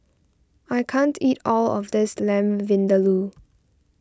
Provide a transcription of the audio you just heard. I can't eat all of this Lamb Vindaloo